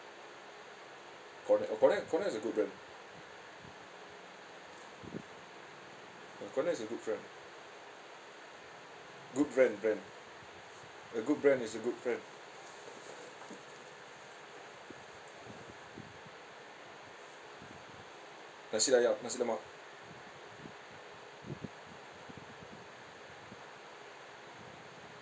Cornell oh Cornell is a good brand uh Cornell is a good brand good brand brand a good brand is a good friend nasi ayam nasi lemak